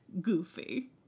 goofy